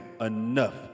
enough